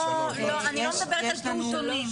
לא, אני לא מדברת על פעוטונים.